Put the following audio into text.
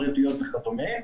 הבריאותיות וכדומה,